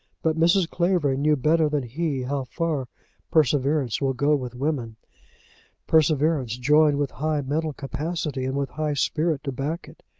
but mrs. clavering knew better than he how far perseverance will go with women perseverance joined with high mental capacity, and with high spirit to back it.